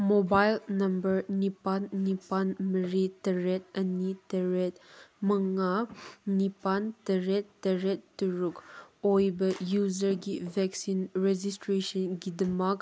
mobile number ꯅꯤꯄꯥꯜ ꯅꯤꯄꯥꯜ ꯃꯔꯤ ꯇꯔꯦꯠ ꯑꯅꯤ ꯇꯔꯦꯠ ꯃꯉꯥ ꯅꯤꯄꯥꯜ ꯇꯔꯦꯠ ꯇꯔꯦꯠ ꯇꯔꯨꯛ ꯑꯣꯏꯕ ꯌꯨꯖꯔꯒꯤ ꯕꯦꯛꯁꯤꯟ ꯔꯦꯖꯤꯁꯇ꯭ꯔꯦꯁꯟꯒꯤꯗꯃꯛ